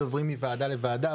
עוברים מוועדה לוועדה,